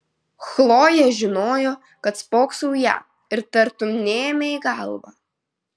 chlojė žinojo kad spoksau į ją ir tartum neėmė į galvą